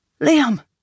Liam